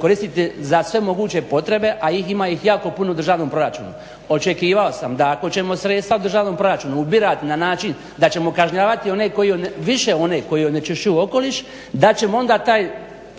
koristiti za sve moguće potrebe, a ima ih jako puno u državnom proračunu. Očekivao sam da ako ćemo sredstva u državnom proračunu ubirati na način da ćemo kažnjavati one koji više one koji onečišćuju okoliš da ćemo onda taj